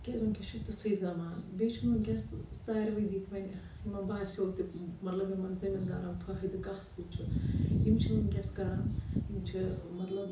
کیازِ وٕنکؠس چھِ تِتھُے زَمان بیٚیہِ چھُنہٕ وٕنکیٚس ساروٕے دِتۍ وۄنۍ یِمَن باسیٚو تہِ مطلب یِمَن زٔمیٖندارَن فٲہِدٕ کَتھ سۭتۍ چھُ یِم چھِ وٕنکیٚس کَرَان یِم چھِ مطلب